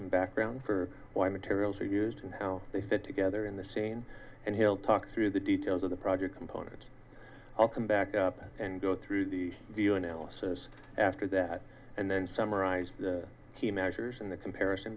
and background for why materials are used and how they fit together in the scene and he'll talk through the details of the project component i'll come back up and go through the video analysis after that and then summarize the measures in the comparison